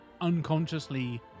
unconsciously